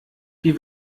die